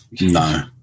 No